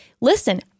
Listen